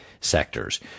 sectors